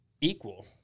equal